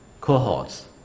cohorts